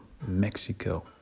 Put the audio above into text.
Mexico